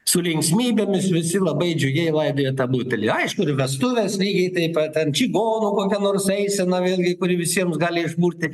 su linksmybėmis visi labai džiugiai laidoja tą butelį aišku ir vestuvės lygiai taip pat ten čigonų kokia nors eisena vėlgi kuri visiems gali išburti